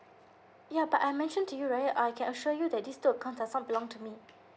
ya but I mentioned to you right I can assure you that these two accounts does not belong to me